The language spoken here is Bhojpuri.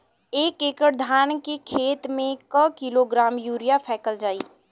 एक एकड़ धान के खेत में क किलोग्राम यूरिया फैकल जाई?